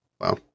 wow